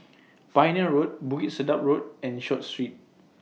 Pioneer Road Bukit Sedap Road and Short Street